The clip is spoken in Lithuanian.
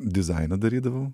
dizainą darydavau